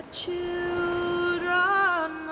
children